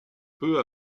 peu